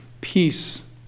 Peace